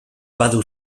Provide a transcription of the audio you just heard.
badu